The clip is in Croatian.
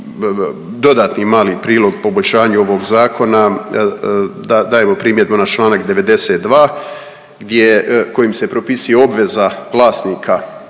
dodatni mali prilog poboljšanje ovog zakona, dajemo primjedbu na čl. 92 gdje kojim se propisuje obveza vlasnika